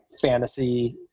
fantasy